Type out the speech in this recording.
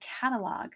catalog